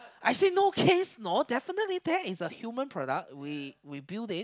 I say no kids no definitely that is a human product we we build it